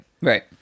right